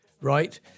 Right